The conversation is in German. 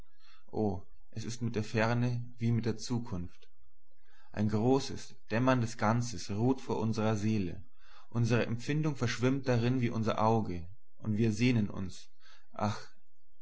o es ist mit der ferne wie mit der zukunft ein großes dämmerndes ganze ruht vor unserer seele unsere empfindung verschwimmt darin wie unser auge und wir sehnen uns ach